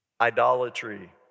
idolatry